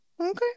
okay